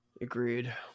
Agreed